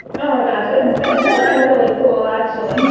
oh my gosh, it's looking really cool actually. it's